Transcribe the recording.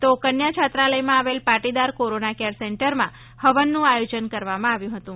તો કન્યા છાત્રાલય માં આવેલ પાટીદાર કોરોના કેર સેંટરમાં હવન નું આયોજન કરવામાં આવ્યું હતું